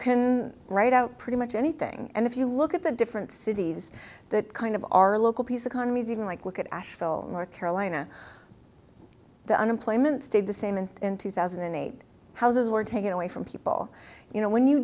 can write out pretty much anything and if you look at the different cities that kind of our local peace economies even like look at asheville north carolina the unemployment stayed the same and in two thousand and eight houses were taken away from people you know when you